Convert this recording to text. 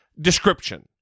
description